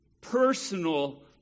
personal